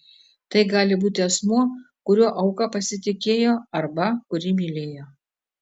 tai gali būti asmuo kuriuo auka pasitikėjo arba kurį mylėjo